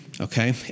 Okay